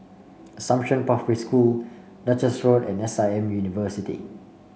Assumption Pathway School Duchess Road and S I M University